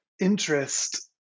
interest